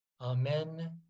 Amen